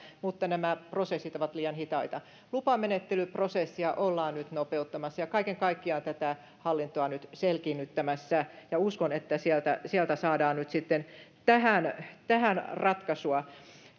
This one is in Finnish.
mutta nämä prosessit ovat liian hitaita lupamenettelyprosessia ollaan nyt nopeuttamassa ja kaiken kaikkiaan tätä hallintoa nyt selkiinnyttämässä ja uskon että sieltä sieltä saadaan nyt sitten tähän tähän ratkaisua